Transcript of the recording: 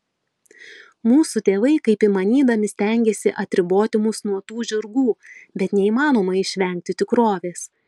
mūsų tėvai kaip įmanydami stengėsi atriboti mus nuo tų žirgų bet neįmanoma išvengti tikrovės